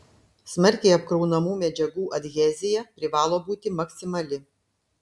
smarkiai apkraunamų medžiagų adhezija privalo būti maksimali